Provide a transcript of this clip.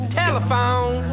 telephone